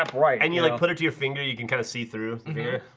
um right and you like put it to your finger. you can kind of see through